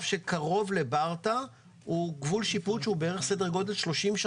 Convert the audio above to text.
שקרוב לברטעה הוא תחום שיפוט כבר בערך 30 שנה.